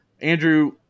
Andrew